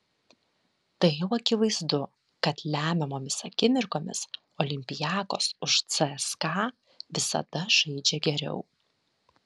tai jau akivaizdu kad lemiamomis akimirkomis olympiakos už cska visada žaidžia geriau